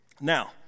Now